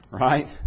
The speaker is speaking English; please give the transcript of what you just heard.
Right